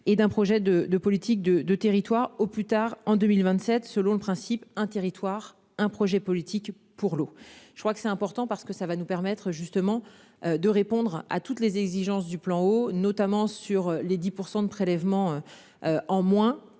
et d'un projet de, de politique de de territoire au plus tard en 2027, selon le principe un territoire un projet politique pour l'eau. Je crois que c'est important parce que ça va nous permettre justement de répondre à toutes les exigences du plan eau notamment sur les 10% de prélèvements. En moins